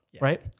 right